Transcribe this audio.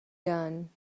done